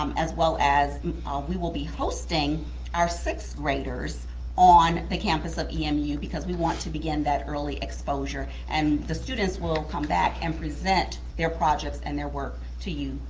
um as well as um we will be hosting our sixth-graders on the campus of emu because we want to begin that early exposure. and the students will come back and present their projects and their work to you,